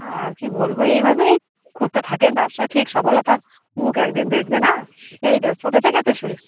আর কি বলবো এইভাবেই করতে থাকেন ব্যবসা ঠিক সফলতার মুখ একদিন দেখবেন হ্যাঁ এই ব্য ছোটো থেকে তো শুরু